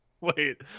wait